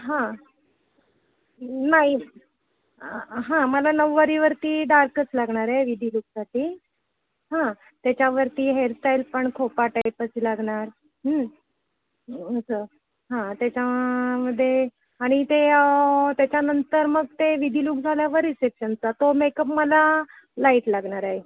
हां नाही हां मला नऊवारीवरती डार्कच लागणार आहे विधी लुकसाठी हां त्याच्यावरती हेअरस्टाईल पण खोपा टाईपच लागणार असं हां त्याच्यामध्ये आणि ते त्याच्यानंतर मग ते विधी लूक झाल्यावर रिसेप्शनचा तो मेकअप मला लाईट लागणार आहे